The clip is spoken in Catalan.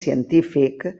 científic